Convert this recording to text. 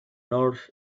north